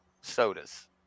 sodas